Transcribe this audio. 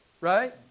right